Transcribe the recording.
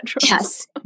Yes